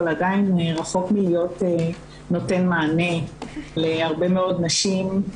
אבל עדיין רחוק מלהיות נותן מענה להרבה מאוד נשים,